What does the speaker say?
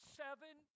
seven